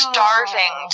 Starving